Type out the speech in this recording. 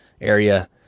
area